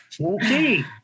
Okay